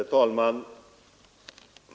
Herr talman!